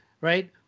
right